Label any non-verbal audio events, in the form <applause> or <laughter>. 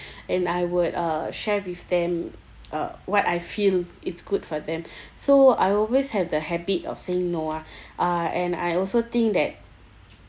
and I would uh share with them uh what I feel is good for them <breath> so I always have the habit of saying no ah uh and I also think that